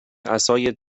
عصای